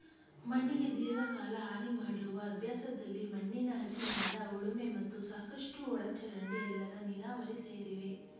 ಮಣ್ಣಿಗೆ ದೀರ್ಘಕಾಲ ಹಾನಿಮಾಡುವ ಅಭ್ಯಾಸದಲ್ಲಿ ಮಣ್ಣಿನ ಅತಿಯಾದ ಉಳುಮೆ ಮತ್ತು ಸಾಕಷ್ಟು ಒಳಚರಂಡಿ ಇಲ್ಲದ ನೀರಾವರಿ ಸೇರಿವೆ